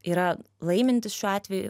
yra laimintis šiuo atveju